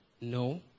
No